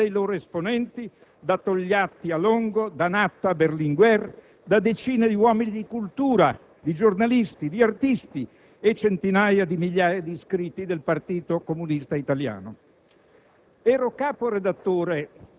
tradotte negli atti politici dei loro esponenti, da Togliatti a Longo, da Natta a Berlinguer, da decine di uomini di cultura, di giornalisti, di artisti e centinaia di migliaia di iscritti al Partito comunista italiano.